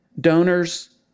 Donors